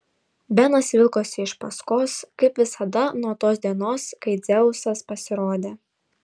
benas vilkosi iš paskos kaip visada nuo tos dienos kai dzeusas pasirodė